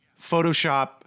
photoshop